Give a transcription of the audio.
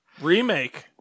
Remake